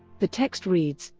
the text reads.